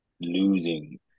Losing